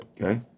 Okay